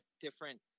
different